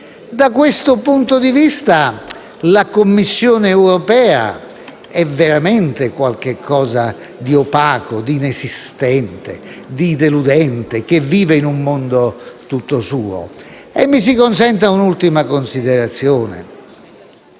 Da questo punto di vista, la Commissione europea è veramente qualcosa di opaco, di insistente, di deludente, che vive in un mondo tutto suo. Mi si consenta un'ultima considerazione.